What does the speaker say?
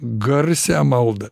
garsią maldą